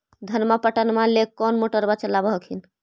धनमा पटबनमा ले कौन मोटरबा चलाबा हखिन?